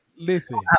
listen